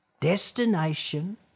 Destination